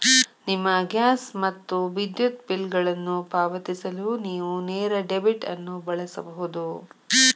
ನಿಮ್ಮ ಗ್ಯಾಸ್ ಮತ್ತು ವಿದ್ಯುತ್ ಬಿಲ್ಗಳನ್ನು ಪಾವತಿಸಲು ನೇವು ನೇರ ಡೆಬಿಟ್ ಅನ್ನು ಬಳಸಬಹುದು